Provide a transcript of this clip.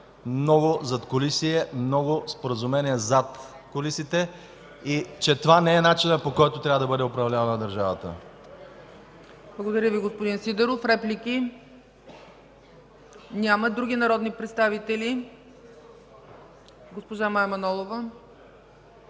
много задкулисие, много споразумения зад кулисите и че това не е начинът, по който трябва да бъде управлявана държавата. ПРЕДСЕДАТЕЛ ЦЕЦКА ЦАЧЕВА: Благодаря Ви, господин Сидеров. Реплики? Няма. Други народни представители? Госпожа Мая Манолова.